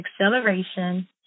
acceleration